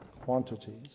quantities